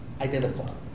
identical